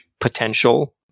potential